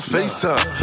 FaceTime